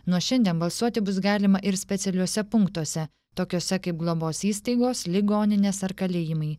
nuo šiandien balsuoti bus galima ir specialiuose punktuose tokiuose kaip globos įstaigos ligoninės ar kalėjimai